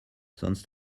sonst